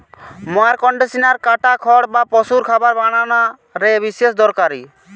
mower conditioner কাটা খড় বা পশুর খাবার বানানা রে বিশেষ দরকারি